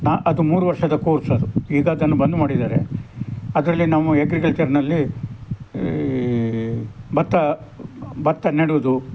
ಆ ಅದು ಮೂರು ವರ್ಷದ ಕೋರ್ಸ್ ಅದು ಈಗ ಅದನ್ನು ಬಂದ್ ಮಾಡಿದ್ದಾರೆ ಅದರಲ್ಲಿ ನಾವು ಅಗ್ರಿಕಲ್ಚರಿನಲ್ಲಿ ಈ ಭತ್ತ ಭತ್ತ ನೆಡೋದು